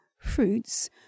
fruits